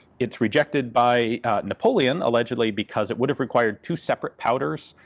it's rejected by napoleon allegedly because it would have required two separate powders,